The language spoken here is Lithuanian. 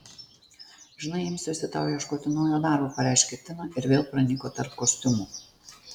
žinai imsiuosi tau ieškoti naujo darbo pareiškė tina ir vėl pranyko tarp kostiumų